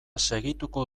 segituko